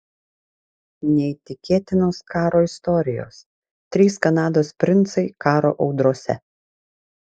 neįtikėtinos karo istorijos trys kanados princai karo audrose